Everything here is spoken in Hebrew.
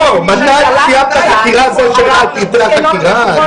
לא, מתי הסתיימה החקירה זה פרטי החקירה?